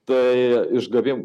tai išgavim